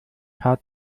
paar